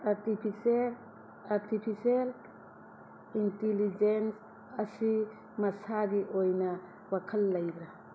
artificial artificial intelligence ꯑꯁꯤ ꯃꯁꯥꯒꯤ ꯑꯣꯏꯅ ꯋꯥꯈꯜ ꯂꯩꯕ꯭ꯔꯥ